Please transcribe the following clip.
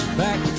back